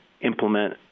implement